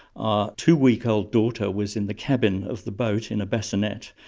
our two-week-old daughter was in the cabin of the boat in a bassinet,